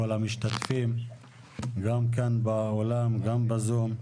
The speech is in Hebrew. כל המשתתפים גם כאן באולם וגם בזום.